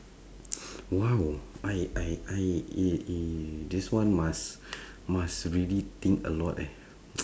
!wow! I I I it it this one must must really think a lot eh